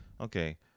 okay